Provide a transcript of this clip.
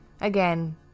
Again